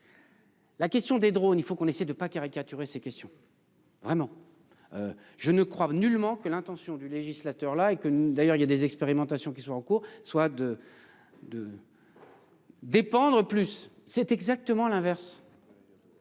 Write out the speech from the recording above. La question des drone. Il faut qu'on essaie de pas caricaturer ces questions. Vraiment. Je ne crois nullement que l'intention du législateur là et que d'ailleurs il y a des expérimentations qui soit en cours, soit de. De. Dépendre plus c'est exactement l'inverse.